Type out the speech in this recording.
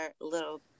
little